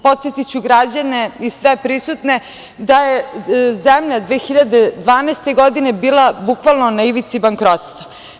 Podsetiću građane i sve prisutne da je zemlja 2012. godine bila bukvalno na ivici bankrotstva.